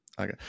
okay